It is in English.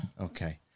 Okay